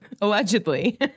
Allegedly